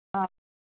हा